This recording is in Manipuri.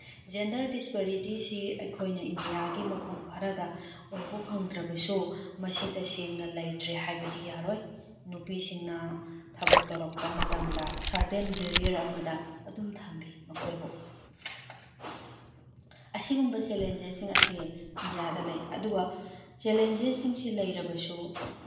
ꯖꯦꯟꯗꯔ ꯗꯤꯁꯄꯔꯤꯇꯤꯁꯤ ꯑꯩꯈꯣꯏꯅ ꯏꯟꯗꯤꯌꯥꯒꯤ ꯃꯐꯝ ꯈꯔꯗ ꯎꯕ ꯐꯪꯗ꯭ꯔꯕꯁꯨ ꯃꯁꯤ ꯇꯁꯦꯡꯅ ꯂꯩꯇ꯭ꯔꯦ ꯍꯥꯏꯕꯗꯤ ꯌꯥꯔꯣꯏ ꯅꯨꯄꯤꯁꯤꯡꯅ ꯊꯕꯛ ꯇꯧꯔꯛꯄ ꯃꯇꯝꯗ ꯁꯔꯇꯦꯟ ꯕꯦꯔꯤꯌꯔ ꯑꯃꯗ ꯑꯗꯨꯝ ꯊꯝꯕꯤ ꯃꯈꯣꯏꯕꯨ ꯑꯁꯤꯒꯨꯝꯕ ꯆꯦꯂꯦꯟꯖꯦꯁꯁꯤꯡ ꯑꯁꯤ ꯏꯟꯗꯤꯌꯥꯗ ꯂꯩ ꯑꯗꯨꯒ ꯆꯦꯂꯦꯟꯖꯦꯁꯁꯤꯡꯁꯤ ꯂꯩꯔꯕꯁꯨ